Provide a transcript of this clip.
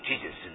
Jesus